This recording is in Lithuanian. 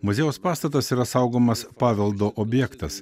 muziejaus pastatas yra saugomas paveldo objektas